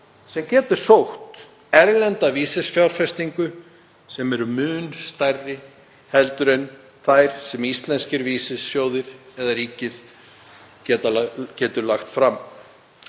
sem getur sótt erlenda vísifjárfestingu sem er mun stærri en þær sem íslenskir vísisjóðir eða ríkið geta lagt fram.